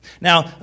Now